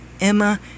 Emma